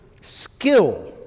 skill